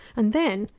and then,